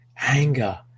anger